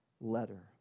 letter